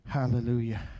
Hallelujah